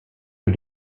que